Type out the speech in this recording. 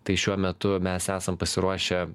tai šiuo metu mes esam pasiruošę